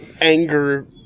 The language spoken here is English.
anger